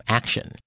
action